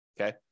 Okay